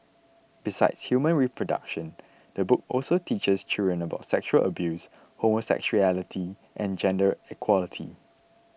besides human reproduction the book also teaches children about sexual abuse homosexuality and gender equality